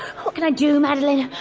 what can i do, madeleine,